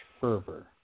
fervor